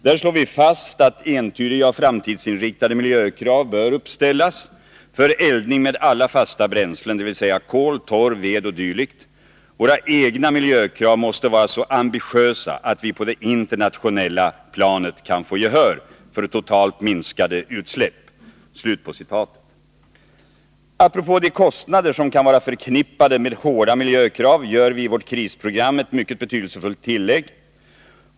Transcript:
Där slår vi fast att ”entydiga och framtidsinriktade miljökrav bör uppställas för eldning med alla fasta bränslen, dvs. kol, torv, ved och dylikt. Våra egna miljökrav måste vara så ambitiösa att vi på det internationella planet kan få gehör för totalt minskade utsläpp.” Apropå de kostnader som kan vara förknippade med hårda miljökrav gör vii vårt krisprogram ett mycket betydelsefullt tillägg.